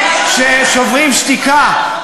ש"שוברים שתיקה",